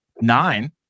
nine